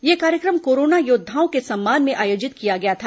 यह कार्यक्रम कोरोना योद्वाओं के सम्मान में आयोजित किया गया था